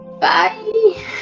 Bye